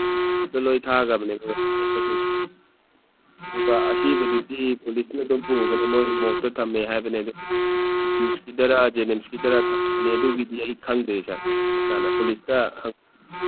ꯑꯗ ꯂꯣꯏ ꯊꯥꯈ꯭ꯔꯕꯅꯦꯕ ꯑꯁꯣꯛꯄꯁꯤꯡꯗꯣ ꯑꯗꯨꯒ ꯑꯁꯤꯕꯗꯨꯗꯤ ꯄꯨꯂꯤꯁꯅ ꯑꯗꯨꯝ ꯄꯨꯈꯔꯦ ꯃꯣꯏ ꯃꯣꯔꯛꯇ ꯊꯝꯃꯦ ꯍꯥꯏꯕꯅꯦ ꯑꯗꯨ ꯔꯤꯝꯁꯀꯤꯗꯔꯥ ꯖꯦꯅꯤꯝꯁꯀꯤꯗꯔꯥ ꯊꯝꯃꯝꯃꯅꯤ ꯑꯗꯨꯒꯤꯗꯤ ꯑꯩ ꯈꯪꯗ꯭ꯔꯦ ꯁꯥꯔ ꯆꯞ ꯆꯥꯅ ꯄꯨꯂꯤꯁꯇ